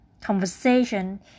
conversation